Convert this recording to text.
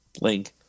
link